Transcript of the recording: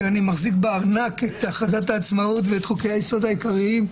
שאני מחזיק בארנק את הכרזת העצמאות ואת חוקי היסוד העיקריים,